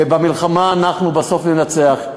ובמלחמה אנחנו בסוף ננצח.